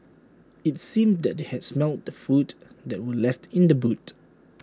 IT seemed that they had smelt the food that were left in the boot